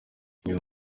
uyu